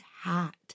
hat